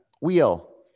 Wheel